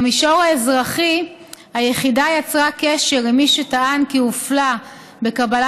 במישור האזרחי היחידה יצרה קשר עם מי שטען כי הופלה במתן